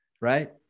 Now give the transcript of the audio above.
right